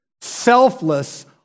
selfless